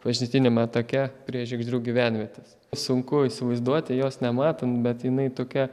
pažintiniame take prie žiegždrių gyvenvietės sunku įsivaizduoti jos nematant bet jinai tokia